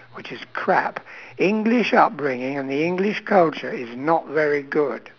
which is crap english upbringing and the english culture is not very good